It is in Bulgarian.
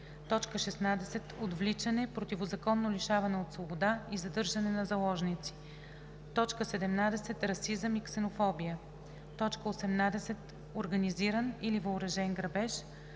тъкани; 16. отвличане, противозаконно лишаване от свобода и задържане на заложници; 17. расизъм и ксенофобия; 18. организиран или въоръжен грабеж;